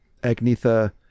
agnetha